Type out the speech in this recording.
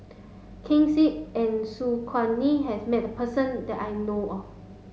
Ken Seet and Su Guaning has met person that I know of